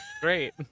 Great